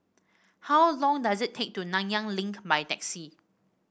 how long does it take to take to Nanyang Link by taxi